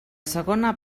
segona